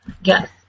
Yes